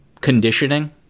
conditioning